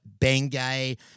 Bengay